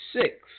six